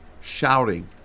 shouting